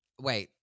Wait